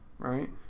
Right